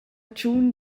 tschun